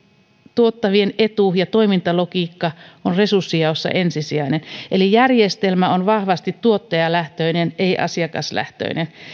tuottavien etu ja toimintalogiikka ovat resurssienjaossa ensisijaisia järjestelmä on vahvasti tuottajalähtöinen ei asiakaslähtöinen